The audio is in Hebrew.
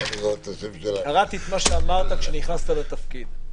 קראתי את מה שאמרת כשנכנסת לתפקיד.